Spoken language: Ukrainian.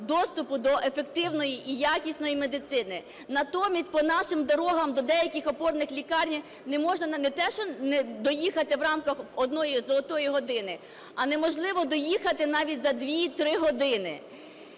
доступу до ефективної і якісної медицини. Натомість по нашим дорогам до деяких опорних лікарень не можна не те що доїхати в рамках однієї "золотої години", а неможливо доїхати навіть за 2-3 години.